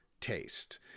taste